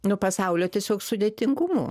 nu pasaulio tiesiog sudėtingumu